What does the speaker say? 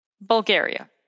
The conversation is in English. Bulgaria